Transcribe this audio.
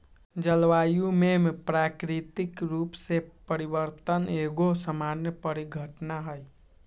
जलवायु में प्राकृतिक रूप से परिवर्तन एगो सामान्य परिघटना हइ